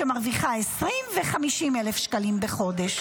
שמרוויחה 20,000 ו-50,000 שקלים בחודש.